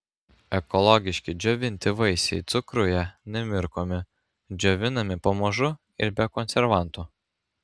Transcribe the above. ekologiški džiovinti vaisiai cukruje nemirkomi džiovinami pamažu ir be konservantų